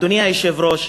אדוני היושב-ראש,